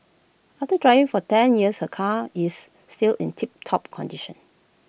after driving for ten years her car is still in tiptop condition